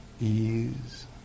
ease